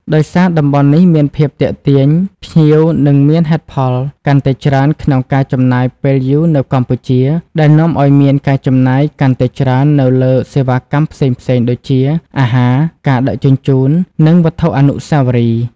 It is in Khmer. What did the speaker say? ដោយសារតំបន់នេះមានភាពទាក់ទាញ ភ្ញៀវនឹងមានហេតុផលកាន់តែច្រើនក្នុងការចំណាយពេលយូរនៅកម្ពុជា ដែលនាំឱ្យមានការចំណាយកាន់តែច្រើនទៅលើសេវាកម្មផ្សេងៗដូចជាអាហារ ការដឹកជញ្ជូន និងវត្ថុអនុស្សាវរីយ៍។